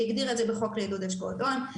היא הגדירה בחוק לעידוד השקעות הון,